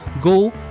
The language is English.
go